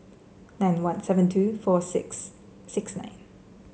nine one seven two four six six nine